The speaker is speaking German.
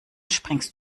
springst